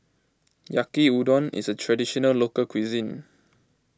Yaki Udon is a Traditional Local Cuisine